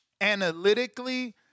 analytically